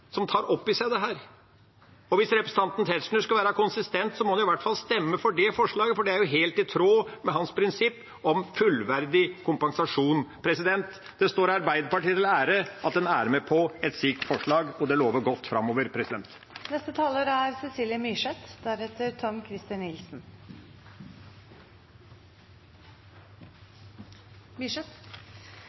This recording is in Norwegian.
som tar dette opp i seg, og hvis representanten Tetzschner skal være konsistent, må han i hvert fall stemme for det forslaget, for det er jo helt i tråd med hans prinsipp om fullverdig kompensasjon. Det tjener Arbeiderpartiet til ære at en er med på et slikt forslag, og det lover godt framover. Det er